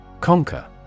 Conquer